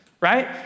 right